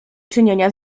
czynienia